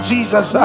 Jesus